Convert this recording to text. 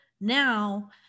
now